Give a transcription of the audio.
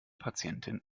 patientin